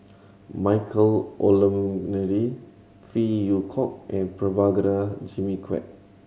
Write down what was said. Michael Olcomendy Phey Yew Kok and Prabhakara Jimmy Quek